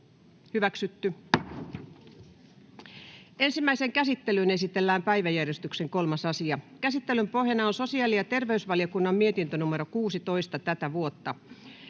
Content: Ensimmäiseen käsittelyyn esitellään päiväjärjestyksen 7. asia. Käsittelyn pohjana on sosiaali- ja terveysvaliokunnan mietintö StVM 17/2023 vp.